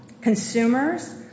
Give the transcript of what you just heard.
consumers